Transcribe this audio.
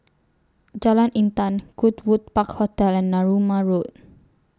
Jalan Intan Goodwood Park Hotel and Narooma Road